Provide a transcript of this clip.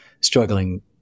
struggling